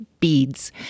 beads